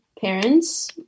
parents